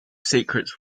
secret